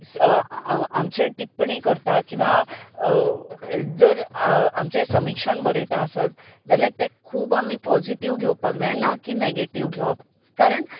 आमचे टिपणी करता किंवां जर आमचेर समिक्षण बरयता आसत जाल्यार तें खूब आमी पोझिटिव्ह घेवपाक जाय ना की नेगेटिव्ह घेवप कारण